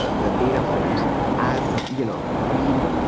ah the data frames as you know being